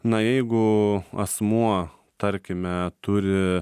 na jeigu asmuo tarkime turi